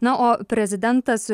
na o prezidentas